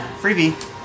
Freebie